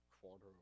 quarter